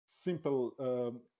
simple